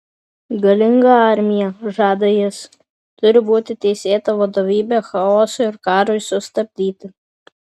galinga armija žada jis turi būti teisėta vadovybė chaosui ir karui sustabdyti